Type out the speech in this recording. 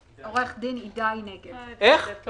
כי אני מנסה להשיג את לשכת המבקר על מנת להביא --- לא שמעתי.